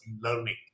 learning